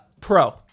pro